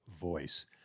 voice